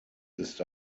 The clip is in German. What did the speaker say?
ist